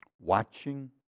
Watching